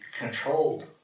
controlled